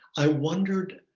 i wondered,